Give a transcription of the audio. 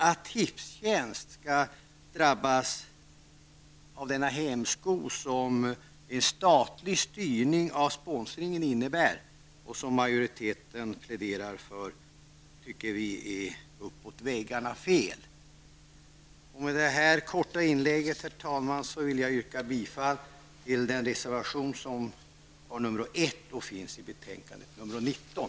Att Tipstjänst skall drabbas av den hämsko som en statlig styrning av sponsring innebär och som majoriteten pläderar för, tycker vi är uppåt väggarna fel. Herr talman! Med detta korta inlägg vill jag yrka bifall till reservation nr 1 i betänkande FiU19.